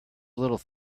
little